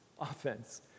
Offense